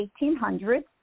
1800s